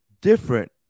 different